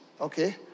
Okay